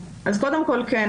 קודם כול, כן.